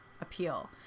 appeal